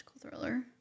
thriller